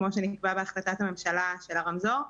כמו שנקבע בהחלטת הממשלה של הרמזור,